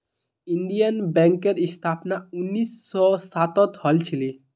Indian बैंकेर स्थापना उन्नीस सौ सातत हल छिले